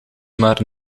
maar